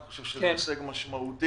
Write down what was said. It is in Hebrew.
אני חושב שזה הישג משמעותי.